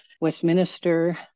Westminster